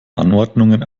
anordnungen